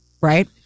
Right